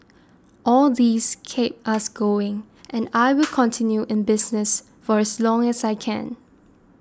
all these keep us going and I will continue in the business for as long as I can